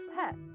pet